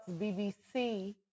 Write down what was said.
BBC